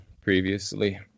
previously